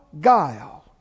guile